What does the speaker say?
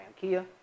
Kia